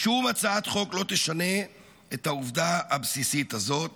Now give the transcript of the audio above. שום הצעת חוק לא תשנה את העובדה הבסיסית הזאת